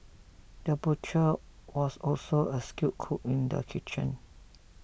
the butcher was also a skilled cook in the kitchen